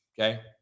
okay